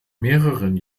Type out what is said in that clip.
mehreren